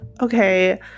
okay